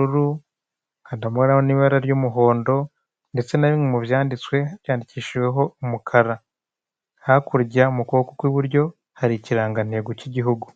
iby'itumanaho ndetse n'ibya interinete ni iya kabiri yaje ikurikira emutiyeni rwanda.